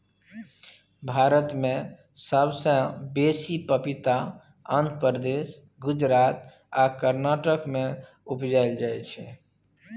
भारत मे सबसँ बेसी पपीता आंध्र प्रदेश, गुजरात आ कर्नाटक मे उपजाएल जाइ छै